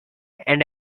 and